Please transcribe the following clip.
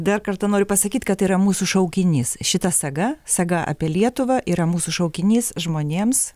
dar kartą noriu pasakyt kad tai yra mūsų šaukinys šita saga saga apie lietuvą yra mūsų šaukinys žmonėms